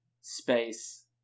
space